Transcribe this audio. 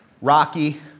Rocky